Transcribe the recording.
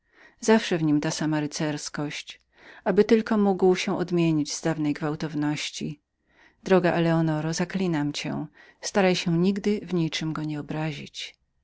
zawsze w nim ta sama rycerskość oby tylko mógł się odmienić z dawnej gwałtowności droga eleonoro zaklinam cię staraj się nigdy w niczem go nie obrazić